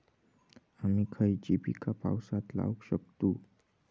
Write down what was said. आम्ही खयची खयची पीका पावसात लावक शकतु?